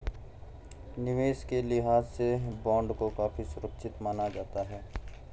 निवेश के लिहाज से बॉन्ड को काफी सुरक्षित माना जाता है